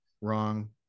wrong